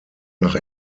nach